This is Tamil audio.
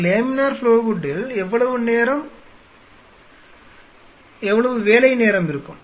ஒரு லேமினர் ஃப்ளோ ஹூட்டில் எவ்வளவு வேலை நேரம் இருக்கும்